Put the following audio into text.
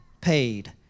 paid